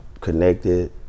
connected